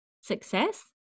success